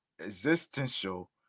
existential